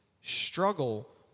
struggle